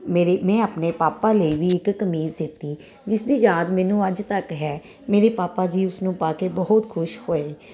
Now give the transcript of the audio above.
ਮੇਰੀ ਮੈਂ ਆਪਣੇ ਪਾਪਾ ਲਈ ਵੀ ਇੱਕ ਕਮੀਜ਼ ਵੀ ਸੀਤੀ ਜਿਸ ਦੀ ਯਾਦ ਮੈਨੂੰ ਅੱਜ ਤੱਕ ਹੈ ਮੇਰੇ ਪਾਪਾ ਜੀ ਉਸਨੂੰ ਪਾ ਕੇ ਬਹੁਤ ਖੁਸ਼ ਹੋਏ